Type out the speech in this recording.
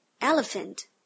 elephant